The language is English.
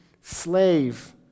slave